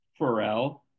Pharrell